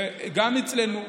וגם אצלנו,